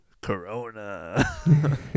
Corona